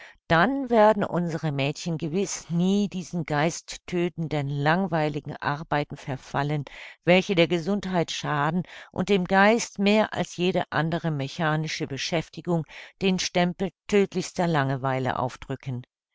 dann werden unsere mädchen gewiß nie diesen geisttödtenden langweiligen arbeiten verfallen welche der gesundheit schaden und dem geist mehr als jede andere mechanische beschäftigung den stempel tödtlichster langeweile aufdrücken